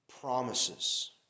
promises